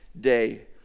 day